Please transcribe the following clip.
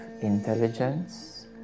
intelligence